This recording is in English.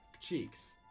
cheeks